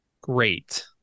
great